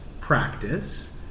practice